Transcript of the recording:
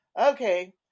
okay